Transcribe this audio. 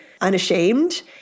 unashamed